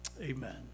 Amen